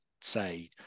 say